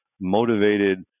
motivated